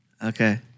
Okay